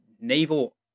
naval